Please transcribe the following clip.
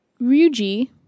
Ryuji